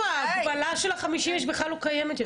ההגבלה של 50 איש בכלל לא קיימת יותר.